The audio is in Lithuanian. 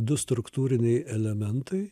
du struktūriniai elementai